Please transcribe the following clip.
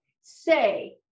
Say